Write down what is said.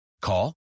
Call